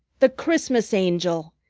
the christmas angel!